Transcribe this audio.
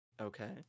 Okay